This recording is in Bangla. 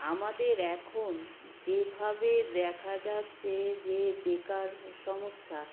আমাদের এখন যেভাবে দেখা যাচ্ছে যে বেকার সমস্যা